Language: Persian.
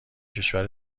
کشور